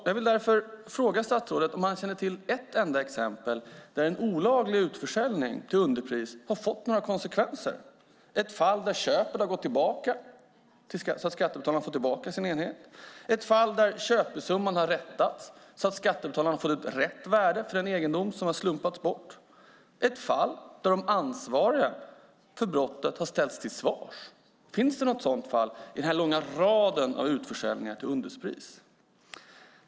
Jag vill därför fråga om statsrådet känner till något enda exempel på att en olaglig utförsäljning till underpris fått några konsekvenser - ett fall där köpet gått tillbaka så att skattebetalarna får tillbaka sin enhet, ett fall där köpesumman rättats så att skattebetalarna får ut rätt värde för egendom som slumpats bort eller ett fall där de ansvariga för brottet ställts till svars. Finns det något sådant fall i den långa rad av utförsäljningar till underpris som varit?